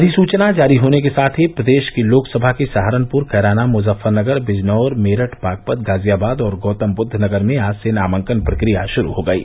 अधिसूचना जारी होने के साथ ही प्रदेष की लोकसभा की सहारनपुर कैराना मुजफ्फरनगर बिजनौर मेरठ बागपत गाज़ियाबाद और गौतमब्द्वनगर में आज से नामांकन प्रक्रिया षुरू हो गयी